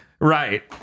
Right